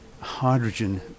hydrogen